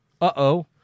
Uh-oh